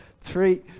three